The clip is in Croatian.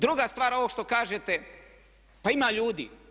Druga stvar, ovo što kažete pa ima ljudi.